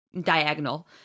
diagonal